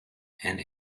and